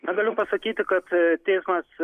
na galiu pasakyti kad teismas